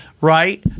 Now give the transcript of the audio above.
Right